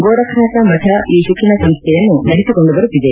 ಗೋರಖನಾಥ ಮಠ ಈ ಶಿಕ್ಷಣ ಸಂಸ್ಥೆಯನ್ನು ನಡೆಸಿಕೊಂಡು ಬರುತ್ತಿದೆ